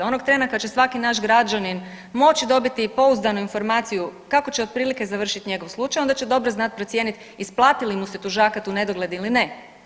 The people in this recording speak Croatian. Onog trena kad će svaki naš građanin moći dobiti i pouzdanu informaciju kako će otprilike završiti njegov slučaj onda će dobro znati procijeniti isplati li mu se tužakat u nedogled ili ne.